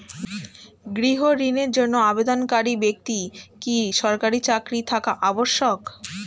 গৃহ ঋণের জন্য আবেদনকারী ব্যক্তি কি সরকারি চাকরি থাকা আবশ্যক?